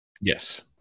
Yes